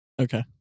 Okay